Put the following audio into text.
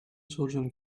children